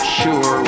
sure